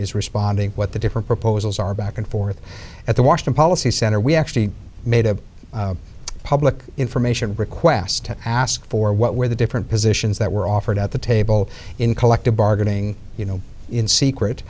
is responding what the different proposals are back and forth at the washington policy center we actually made a public information request to ask for what were the different positions that were offered at the table in collective bargaining you know in secret